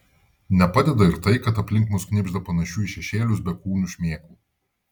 nepadeda ir tai kad aplink mus knibžda panašių į šešėlius bekūnių šmėklų